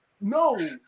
No